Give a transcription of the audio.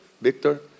Victor